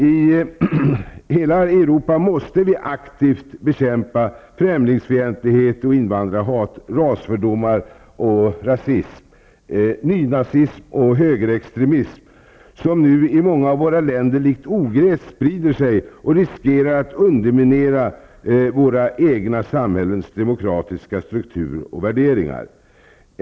I hela Europa måste vi aktivt bekämpa främlingsfientlighet och invandrarhat, rasfördomar och rasism, nynazism och högerextremism, som nu i många av våra länder likt ogräs sprider sig och riskerar att underminera våra egna samhällens demokratiska struktur och värderingar.